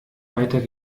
weiter